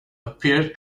appeared